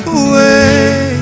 away